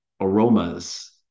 aromas